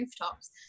rooftops